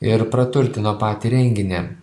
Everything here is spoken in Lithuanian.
ir praturtino patį renginį